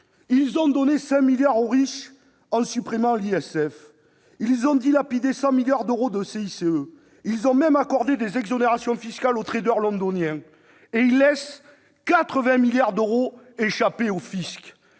Ils ont donné 5 milliards aux riches en supprimant l'ISF, ils ont dilapidé 100 milliards d'euros de CICE, ils ont même accordé des exonérations fiscales aux londoniens, et ils laissent 80 milliards d'euros échapper au fisc